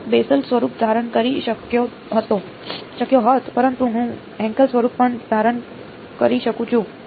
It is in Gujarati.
હું બેસેલ સ્વરૂપ ધારણ કરી શક્યો હોત પરંતુ હું હેન્કેલ સ્વરૂપ પણ ધારણ કરી શકું છું